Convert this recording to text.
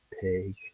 pig